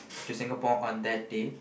to Singapore on that day